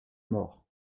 mort